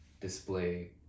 display